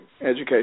education